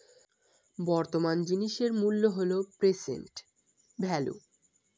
বর্তমান জিনিসের মূল্য হল প্রেসেন্ট ভেল্যু